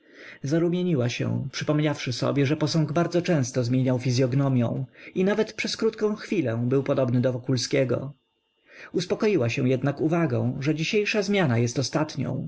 zarumieniła się przypomniawszy sobie że posąg bardzo często zmieniał fizyognomią i nawet przez krótką chwilę był podobny do wokulskiego uspokoiła się jednak uwagą że dzisiejsza zmiana jest ostatnią